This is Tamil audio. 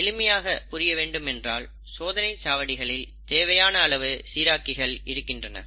எளிமையாக புரிய வேண்டுமென்றால் சோதனை சாவடிகளில் தேவையான அளவு சீராக்கிகள் இருக்கின்றன